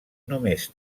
només